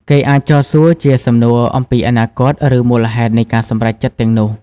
គេអាចចោទជាសំណួរអំពីអនាគត ឬមូលហេតុនៃការសម្រេចចិត្តទាំងនោះ។